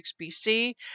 BC